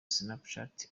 snapchat